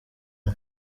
mwe